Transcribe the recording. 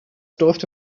durfte